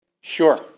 sure